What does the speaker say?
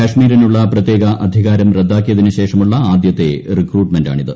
കശ്മീരിനുള്ള പ്രത്യേക അധികാരം റദ്ദാക്കിയതിന് ശേഷമുള്ള ആദ്യത്തെ റിക്രൂട്ട്മെന്റാണിത്